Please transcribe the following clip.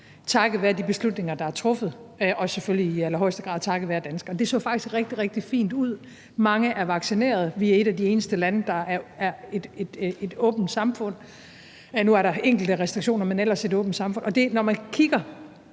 takket være de beslutninger, der er truffet, og selvfølgelig i allerhøjeste grad takket være danskerne. Det så faktisk rigtig, rigtig fint ud. Mange er vaccineret, vi er et af de eneste lande, der stadig har et åbent samfund – nu er der enkelte restriktioner, men ellers har vi et åbent samfund. Og når man kigger